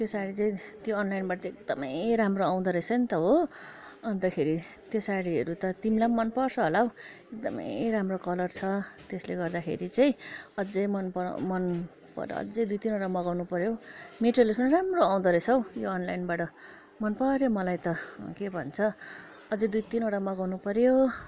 त्यो साडी चाहिँ त्यो अनलाइनबाट चाहिँ एकदमै राम्रो आउँदो रहेछ नि त हो अन्तखेरि त्यो साडीहरू त तिमीलाई पनि मनपर्छ होला हौ एकदमै राम्रो कलर छ त्यसले गर्दाखेरि चाहिँ अझै मनपरे मनपरेर अझै दुई तिनवटा मगाउनु पऱ्यो हौ मटिरियल्स पनि राम्रो आउँदो रहेछ हौ यो अनलाइनबाट मनपऱ्यो मलाई त के भन्छ अझै दुई तिनवटा मगाउनु पऱ्यो